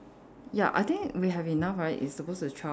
ya I think we have enough right it's supposed to twelve